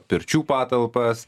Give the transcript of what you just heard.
pirčių patalpas